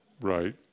Right